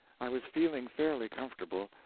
i was feeling fairly comfortable,